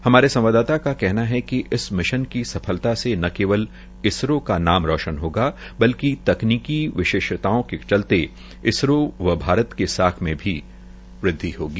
हमारे संवाददाता को कथन है कि मिशन की सफलता से न केवल इसरो का नाम रौशन होगा बल्कि तकनीकी विशेषताओं में चलते इसरो व भारत की साख में भी वृदवि होगी